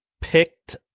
picked